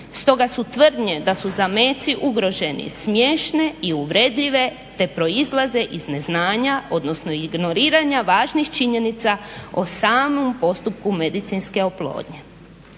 Stoga su tvrdnje da su zameci ugroženi smiješne i uvredljive te proizlaze iz neznanja odnosno ignoriranja važnih činjenica o samom postupku medicinske oplodnje.